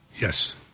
Yes